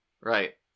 Right